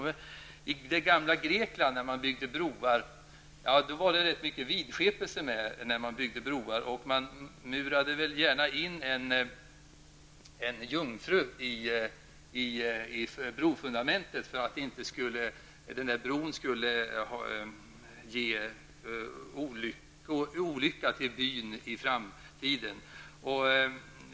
I det gamla Grekland var det rätt mycket vidskepelse med i spelet när man byggde broar. Man murade gärna in en jungfru i brofundamentet för att bron inte skulle föra olycka till byn i framtiden.